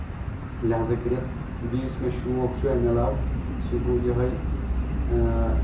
لَہزا کٔرِتھ بیٚیہِ یُس مےٚ شوق چھُ اَمہِ اعلاوٕ سُہ گوٚو یِہوے